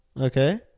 Okay